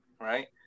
right